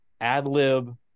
ad-lib